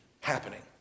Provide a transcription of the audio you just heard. happening